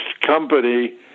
company